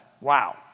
Wow